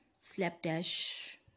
slapdash